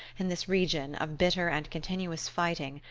in this region of bitter and continuous fighting,